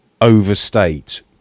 overstate